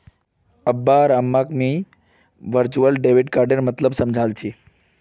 अब्बा आर अम्माक मुई वर्चुअल डेबिट कार्डेर मतलब समझाल छि